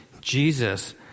Jesus